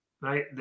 right